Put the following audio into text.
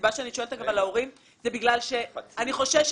הסיבה שאני שואלת זה בגלל שאני חוששת